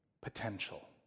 potential